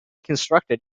constructed